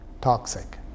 toxic